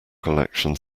collection